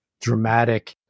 dramatic